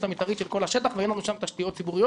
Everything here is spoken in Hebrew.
המתארית של כל השטח ואין לנו שם תשתיות ציבוריות